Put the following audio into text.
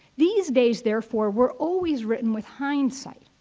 these days therefore were always written with hindsight.